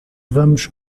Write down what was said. vamos